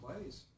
plays